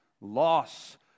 loss